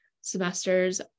semesters